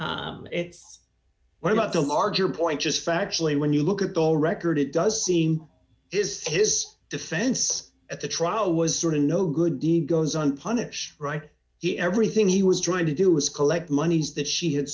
it's what about the larger point just factually when you look at all record it does seem is his defense at the trial was sort of no good deed goes unpunished right he everything he was trying to do was collect monies that she had